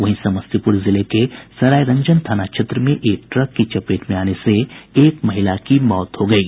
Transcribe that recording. वहीं समस्तीपुर जिले के सरायरंजन थाना क्षेत्र में एक ट्रक की चपेट में आने से एक महिला की मौत हो गयी